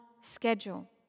schedule